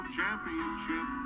Championship